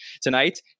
Tonight